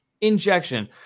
injection